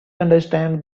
understand